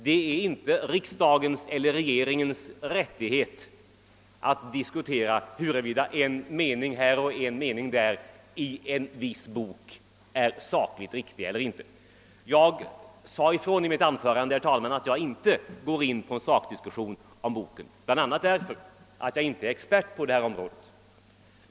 Det är inte riksdagens eller regeringens sak att diskutera huruvida en mening här och en mening där i en viss bok är sakligt riktig eller inte. Jag sade ifrån i mitt förra anförande, herr talman, att jag inte ville gå in på en sakdiskussion om boken i fråga bl.a. därför att jag inte är expert på det här området.